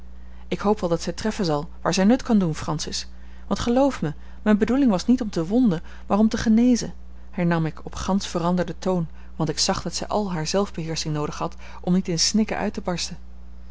ik hoop wel dat zij treffen zal waar zij nut kan doen francis want geloof mij mijne bedoeling was niet om te wonden maar om te genezen hernam ik op gansch veranderden toon want ik zag dat zij al haar zelfbeheersching noodig had om niet in snikken uit te barsten